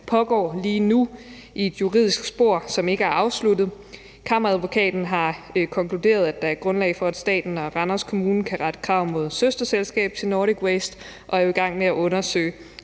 pågår lige nu i et juridisk spor, som ikke er afsluttet. Kammeradvokaten har konkluderet, at der er grundlag for, at staten og Randers Kommune kan rette krav mod et søsterselskab til Nordic Waste, og er i gang med at undersøge,